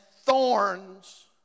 thorns